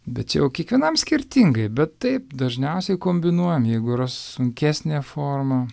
bet čia jau kiekvienam skirtingai bet taip dažniausiai kombinuojam jeigu yra sunkesnė forma